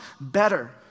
better